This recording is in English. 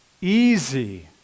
easy